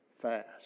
fast